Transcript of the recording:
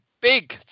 big